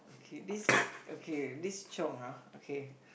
okay this okay this Chong ah okay